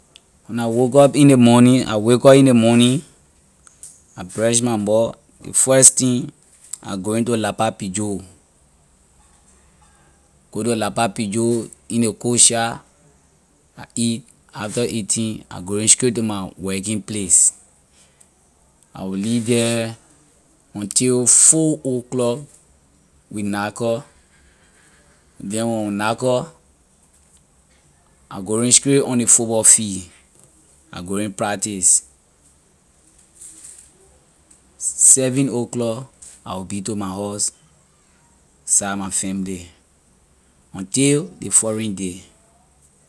When I woke up in ley morning I wake up in ley morning I brush my mouth ley first thing I going to lappa be door go to lappa be door eat in ley cook shop I eat after eating I going straight to my working place I will lee the until four o’clock we knack up then when we knack up I going straight on ley football field I going practice seven o’clock I will be to my house side my family until ley following day.